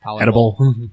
edible